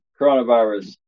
Coronavirus